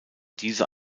diese